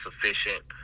sufficient